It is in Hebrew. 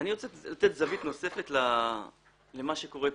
רוצה לתת זווית נוספת למה שקורה,